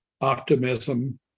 optimism